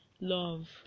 love